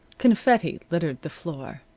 confetti littered the floor.